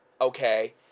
okay